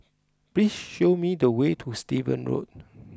please show me the way to Stevens Road